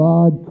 God